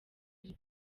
iri